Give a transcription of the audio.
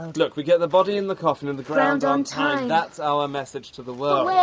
and look, we get the body in the coffin in the ground on time. that's our message to the world.